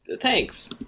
Thanks